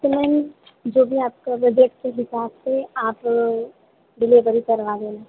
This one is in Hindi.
तो मैम जो भी आपका बजट के हिसाब से आप डिलेवरी करवा देना